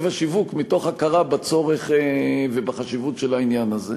השיווק מתוך הכרה בצורך ובחשיבות של העניין הזה.